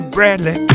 Bradley